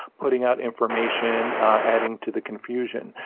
putting out information, adding to the confusion.